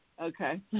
Okay